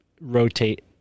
rotate